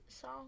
song